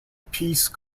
piece